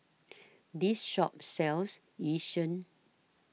This Shop sells Yu Sheng